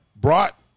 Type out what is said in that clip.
brought